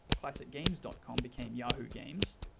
classic games dot com became yahoo games,